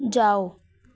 ਜਾਓ